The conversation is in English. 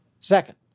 Second